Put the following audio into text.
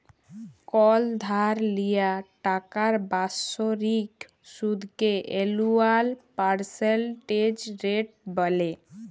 call ধার লিয়া টাকার বাৎসরিক সুদকে এলুয়াল পার্সেলটেজ রেট ব্যলে